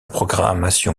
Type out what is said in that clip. programmation